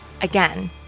again